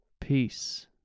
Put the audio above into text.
peace